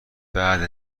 بعد